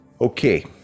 Okay